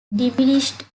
diminished